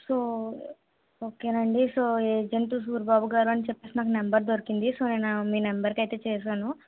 so okay అండి so agent Suribabu garu అని చెప్పేసి నాకు నంబర్ దొరికింది సో నేను మీ నెంబర్కి అయితే చేసాను